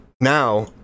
Now